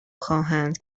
خواهند